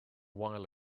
while